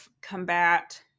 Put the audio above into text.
combat